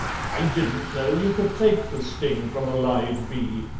i didn't know you could take the sting from a live bee,